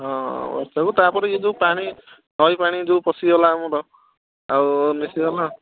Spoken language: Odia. ହଁ ଏସବୁ ତା'ପରେ ଏ ଯେଉଁ ପାଣି ନଈ ପାଣି ଯେଉଁ ପଶିଗଲା ଆମର ଆଉ ମିଶିଗଲା